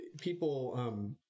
people